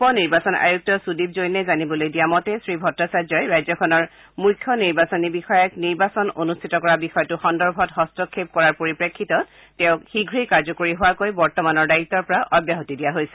উপ নিৰ্বাচন আয়ুক্ত সুদীপ জৈনে জানিবলৈ দিয়া মতে শ্ৰীডটাচাৰ্যই ৰাজ্যখনৰ মুখ্য নিৰ্বাচনী বিষয়াক নিৰ্বাচন অনুষ্ঠিত কৰা বিষয়টো সন্দৰ্ভত হস্তক্ষেপ কৰাৰ পৰিপ্ৰেক্ষিতত তেওঁক শীঘ্ৰেই কাৰ্যকৰী হোৱাকৈ বৰ্তমানৰ দায়িত্বৰ পৰা অব্যাহতি দিয়া হৈছে